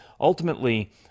ultimately